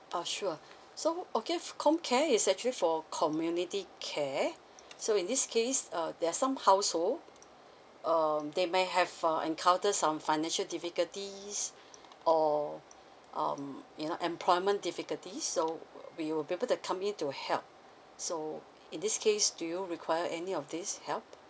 ah sure so okay f~ comcare is actually for community care so in this case uh there are some household um they may have uh encounter some financial difficulties or um you know employment difficulties so w~ we will be able to come in to help so in this case do you require any of these help